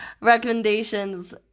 recommendations